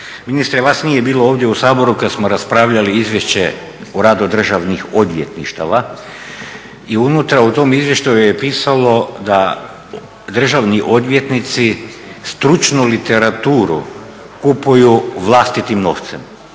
Ministre vas nije bilo ovdje u Saboru kad smo raspravljali Izvješće o radu državnih odvjetništava. I unutra u tom izvještaju je pisalo da državni odvjetnici stručnu literaturu kupuju vlastitim novcem